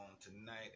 tonight